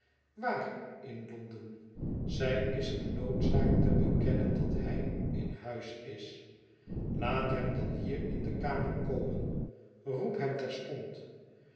waar in londen zij is genoodzaakt te bekennen dat hij in huis is laat hem dan hier in de kamer komen roep hem terstond